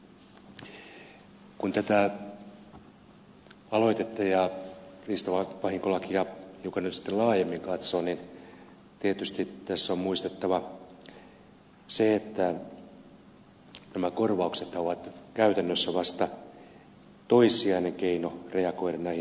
kun tätä aloitetta ja riistavahinkolakia hiukan nyt sittemmin laajemmin katsoo niin tietysti tässä on muistettava se että nämä korvauksethan ovat käytännössä vasta toissijainen keino reagoida hirvivahinkoihin